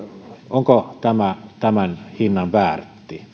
onko tämä tämän hinnan väärti